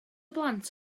blant